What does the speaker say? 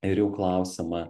ir jų klausiama